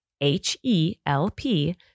H-E-L-P